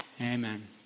Amen